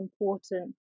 important